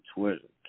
Twitter